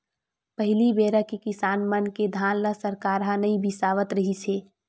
पहली बेरा के किसान मन के धान ल सरकार ह नइ बिसावत रिहिस हे